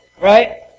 right